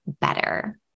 better